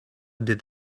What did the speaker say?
did